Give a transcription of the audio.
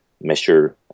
measure